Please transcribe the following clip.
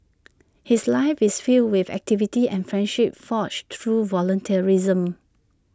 his life is filled with activity and friendships forged through volunteerism